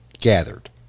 gathered